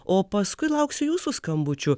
o paskui lauksiu jūsų skambučių